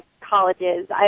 colleges